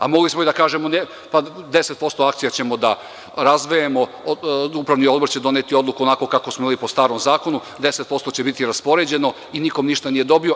A mogli smo i da kažemo da ćemo 10% akcija da razvejemo, upravni odbor će doneti odluku onako kako smo i pre po starom zakonu, 10% će biti raspoređeno i niko ništa nije dobio.